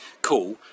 Cool